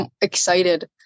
excited